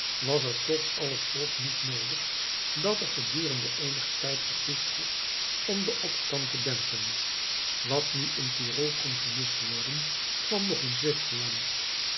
was er toch al het volk niet noodig dat er gedurende eenigen tijd vertoefd had om den opstand te dempen wat nu in tyrol kon gemist worden kwam nog in zwitserland